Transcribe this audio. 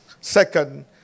Second